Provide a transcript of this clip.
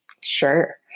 Sure